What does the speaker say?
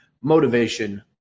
motivation